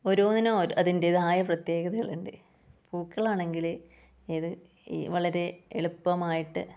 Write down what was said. ഓരോന്നിനും അതിൻ്റെതായ പ്രത്യേകതകളുണ്ട് പൂക്കൾ ആണെങ്കിൽ അത് വളരെ എളുപ്പമായിട്ട്